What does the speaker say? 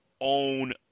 own